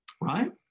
Right